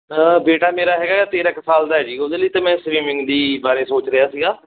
ਬੇਟਾ ਮੇਰਾ ਹੈਗਾ ਤੇਰਾਂ ਕੁ ਸਾਲ ਦਾ ਹੈ ਜੀ ਉਹਦੇ ਲਈ ਤਾਂ ਮੈਂ ਸਵਿਮਿੰਗ ਦੀ ਬਾਰੇ ਸੋਚ ਰਿਹਾ ਸੀਗਾ